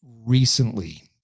recently